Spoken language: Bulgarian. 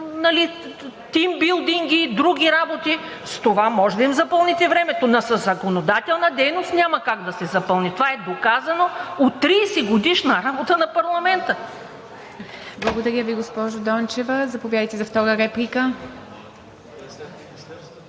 тиймбилдинги, с други работи. С това може да им запълните времето, но със законодателна дейност няма как да се запълни. Това е доказано от 30-годишна работа на парламента. ПРЕДСЕДАТЕЛ ИВА МИТЕВА: Благодаря Ви, госпожо Дончева. Заповядайте за втора реплика.